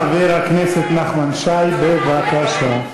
חבר הכנסת נחמן שי, בבקשה.